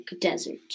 desert